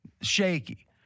shaky